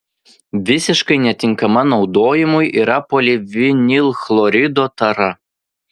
visiškai netinkama naudojimui yra polivinilchlorido tara